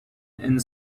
and